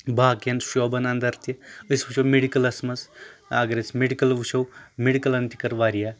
باقیَن شعوبَن اندر تہِ أسۍ وٕچھو مٮ۪ڈِکلَس منٛز اگر أسۍ مٮ۪ڈِکَل وُچھو مٮ۪ڈِکلَن تہِ کٔر واریاہ